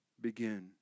begin